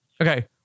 Okay